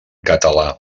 català